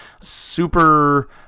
super